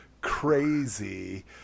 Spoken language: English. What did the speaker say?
crazy